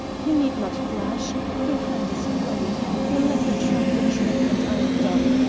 you need not fash your hand is played your letter trumped the trick, and i am done.